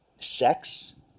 sex